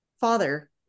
father